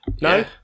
no